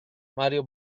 mario